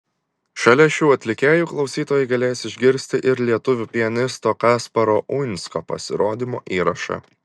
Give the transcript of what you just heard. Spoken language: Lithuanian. šalia šių atlikėjų klausytojai galės išgirsti ir lietuvių pianisto kasparo uinsko pasirodymo įrašą